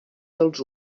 dels